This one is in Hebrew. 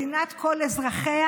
מדינת כל אזרחיה.